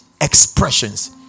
expressions